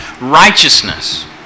righteousness